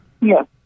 yes